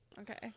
Okay